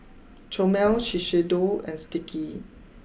Chomel Shiseido and Sticky